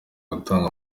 gutanga